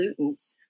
pollutants